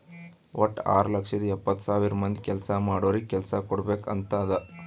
ವಟ್ಟ ಆರ್ ಲಕ್ಷದ ಎಪ್ಪತ್ತ್ ಸಾವಿರ ಮಂದಿ ಕೆಲ್ಸಾ ಮಾಡೋರಿಗ ಕೆಲ್ಸಾ ಕುಡ್ಬೇಕ್ ಅಂತ್ ಅದಾ